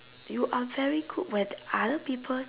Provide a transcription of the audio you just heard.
you are very good when other people